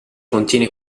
contiene